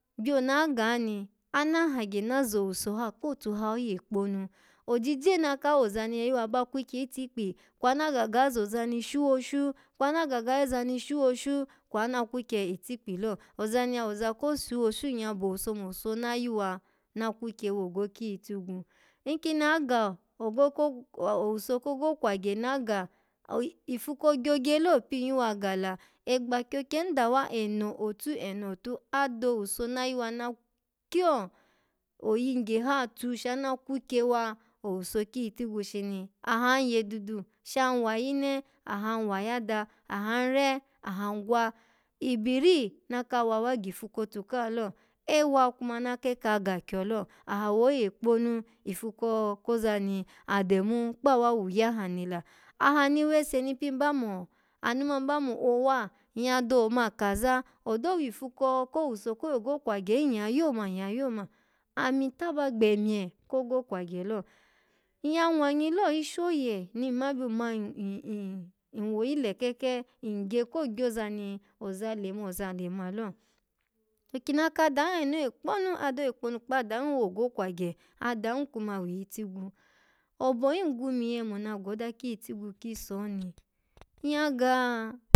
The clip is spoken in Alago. Aga ni, ana zo owuso ha kpotu oye kponu. Ojije naka woza ni ya yuwa ba kwukye itikpi kwana gaga zoza ni shuwoshi kwana ga yozani ni shuwoshu, kwana ga yozani ni shuwoshu, kwana kwukye itikpi lo oani ya woza ko shuwoshu nyya bo owuso mo owuso na yuwa na kwukye wogo kiyitigwu inkini aga-ogoko-owuso kogo kwagye na ga ifu ko gyogye lo pin yudsa ga la, egba kyokyen dawa eno otu eno otu ada owuso na yuwa na kyo oyingye ha tu shama kwukye wa owuso kiyitigwu shini ahan ye dudu, an wayine, ahan wa yada, an re ahan gwa ibiri na pa wasa gifu kotu kaha lo ewa kuma na kar ka gakyo lo aha woye kponu ifu ko-koza ni ademu kpawawu yaha ni la aha ni wese ni pini ba mo-anu man ba mo owa nyya do ma kaza, odo wifu ko ko owuso ko yogo kwagye hin nyya yo nyya yo ma ami taba gbenye kogo kwagye lo nyya nwanyi lo ishi ni nmabo ma n-nwwoyi lekeke ngye ko gyoza ni oza lema oza lema lo, okina kada hin ene oye kponu ada oye kponu kpadun, owegan kwagye adan kuwa wiyi tigwu obo him gwumiye mona goda kiyitigwu kiso oni, nyya ga.